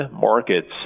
markets